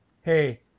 hey